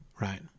Right